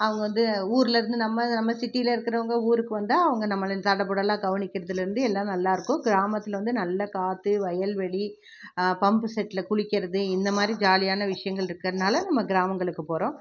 அவங்க வந்து ஊரில் இருந்து நம்ம நம்ம சிட்டியில் இருக்கிறவுங்க ஊருக்கு வந்தால் அவங்க நம்மளை தடபுடலாக கவனிக்கிறதுல இருந்து எல்லாம் நல்லாயிருக்கும் கிராமத்தில் வந்து நல்ல காற்று வயல்வெளி பம்பு செட்டில் குளிக்கிறது இந்த மாதிரி ஜாலியான விஷயங்களிருக்கறனால நம்ம கிராமங்களுக்கு போகிறோம்